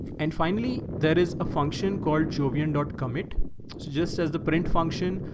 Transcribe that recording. and finally there is a function called jovian dot commit. so just as the print function,